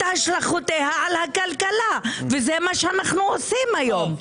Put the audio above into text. השלכותיה על הכלכלה וזה מה שאנו עושים היום.